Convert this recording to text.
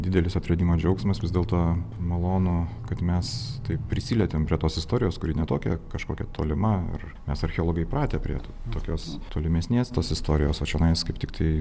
didelis atradimo džiaugsmas vis dėlto malonu kad mes taip prisilietėm prie tos istorijos kuri ne tokia kažkokia tolima ar mes archeologai pratę prie tokios tolimesnės tos istorijos o čionai kaip tiktai